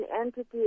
entity